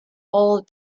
all